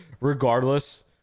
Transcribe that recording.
regardless